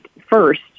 first